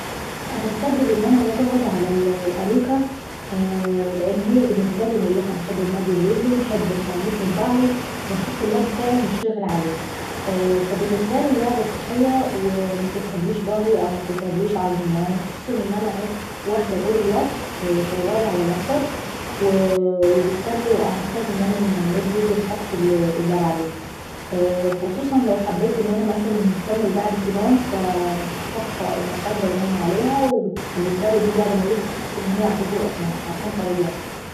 انا انفصل ان انا نقعد على الاريكة لان هي بالنسبة لي مريحة. انحب نمدد رجلي، نسند ضهري عليها، ونحط اللاب ابتاعي ونشتغل عليه. فالبنسبة لي القعدة صحية ومتتعبيش ضهري ومتتعبليش عضمي، خصوصا ان انا واحدة طول الوكت شغالة على اللاب توب وبالتالي باحتاج ان انا نمد رجلي ونحط اللاب عليه. خصوصا لو حبيت انكمل قعدتي نوم انروح حاطة المخدة واننام عليها، وبالنسبة لي دي قعدة مريحة خصوصا ان هي يعني بتكون طرية.